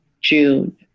June